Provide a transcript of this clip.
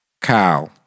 cow